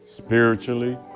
Spiritually